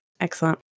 Excellent